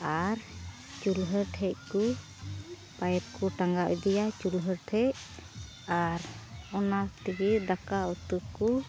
ᱟᱨ ᱪᱩᱞᱦᱟᱹ ᱴᱷᱮᱱ ᱠᱚ ᱯᱟᱭᱤᱯ ᱠᱚ ᱴᱟᱸᱜᱟᱣ ᱤᱫᱤᱭᱟ ᱪᱩᱞᱦᱟᱹ ᱴᱷᱮᱱ ᱟᱨ ᱚᱱᱟ ᱛᱮᱜᱮ ᱫᱟᱠᱟ ᱩᱛᱩ ᱠᱚ